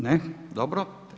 Ne, dobro.